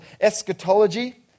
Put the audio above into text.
eschatology